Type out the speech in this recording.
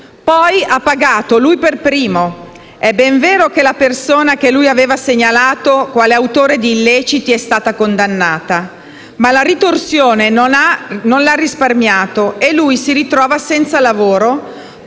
ha pagato lui per primo. È ben vero che la persona che lui aveva segnalato quale autore di illeciti è stata condannata. Ma la ritorsione non l'ha risparmiato e lui si ritrova senza lavoro, pur